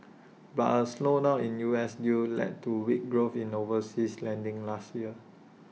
but A slowdown in U S deals led to weak growth in overseas lending last year